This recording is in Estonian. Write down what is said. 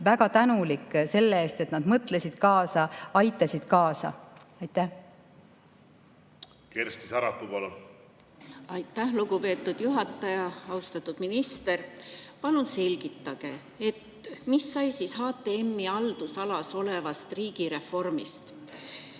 väga tänulik selle eest, et nad mõtlesid kaasa, aitasid kaasa. Kersti Sarapuu, palun! Aitäh, lugupeetud juhataja! Austatud minister! Palun selgitage, mis sai siis HTM-i haldusalas olevast riigireformist.